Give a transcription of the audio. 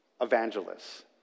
evangelists